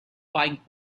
find